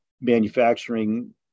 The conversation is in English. manufacturing